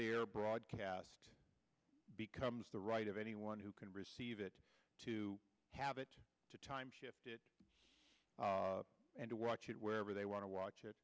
air broadcast becomes the right of anyone who can receive it to have it to timeshift it and to watch it wherever they want to watch it